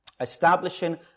establishing